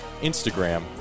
Instagram